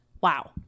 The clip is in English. wow